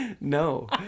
No